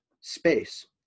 space